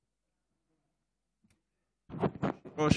אדוני היושב-ראש,